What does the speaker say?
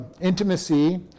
intimacy